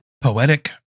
Poetic